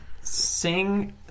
sing